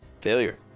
Failure